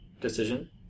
decision